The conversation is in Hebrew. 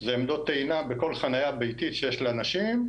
זה עמדות טעינה בכל חניה ביתית שיש לאנשים,